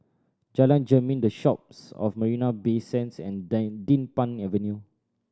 Jalan Jermin The Shoppes of Marina Bay Sands and Din Pang Avenue